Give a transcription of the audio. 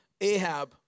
Ahab